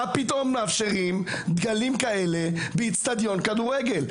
מה פתאום מאפשרים דגלים כאלה באצטדיון כדורגל.